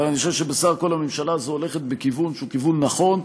אבל אני חושב שבסך הכול הממשלה הזאת הולכת בכיוון שהוא כיוון נכון,